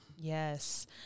yes